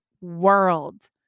world